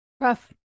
Rough